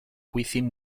within